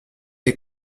est